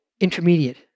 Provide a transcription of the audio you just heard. intermediate